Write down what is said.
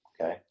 okay